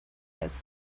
has